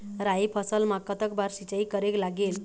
राई फसल मा कतक बार सिचाई करेक लागेल?